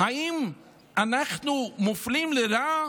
האם אנחנו מופלים לרעה?